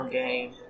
game